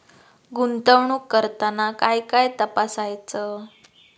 गुंतवणूक करताना काय काय तपासायच?